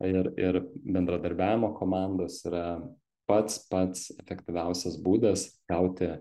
ir ir bendradarbiavimo komandos yra pats pats efektyviausias būdas gauti